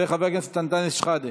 וחבר הכנסת אנטאנס שחאדה.